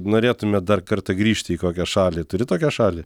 norėtumėt dar kartą grįžti į kokią šalį turi tokią šalį